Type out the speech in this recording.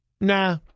Nah